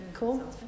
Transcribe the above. Cool